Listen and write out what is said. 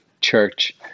church